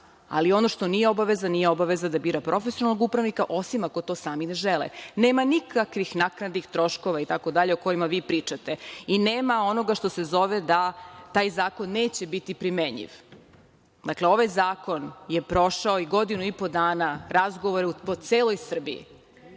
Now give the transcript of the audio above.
Ali, ono što nije obaveza, nije obaveza da bira profesionalnog upravnika, osim ako to sami ne žele. Nema nikakvih naknadnih troškova itd, o kojima vi pričate. Nema onoga što se zove da taj zakon neće biti primenjiv. Dakle, ovaj zakon je prošao i godinu i po dana razgovora po celoj Srbiji.